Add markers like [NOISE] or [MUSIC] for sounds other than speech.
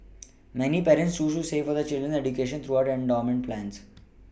[NOISE] many parents choose to save for their children's education through endowment plans